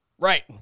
Right